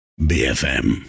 BFM